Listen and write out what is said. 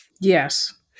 Yes